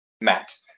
Matt